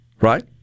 right